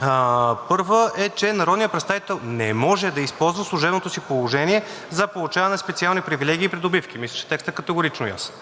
„(1) Народният представител не може да използва служебното си положение за получаване на специални привилегии и придобивки.“ Мисля, че текстът е категорично ясен.